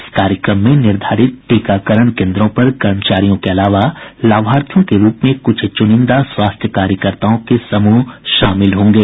इस कार्यक्रम में निर्धारित टीकाकरण केंद्रों पर कर्मचारियों के अलावा लाभार्थियों के रूप में कुछ चुनिंदा स्वास्थ्य कार्यकर्ताओं के समूह शामिल होंगे